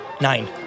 Nine